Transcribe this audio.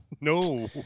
No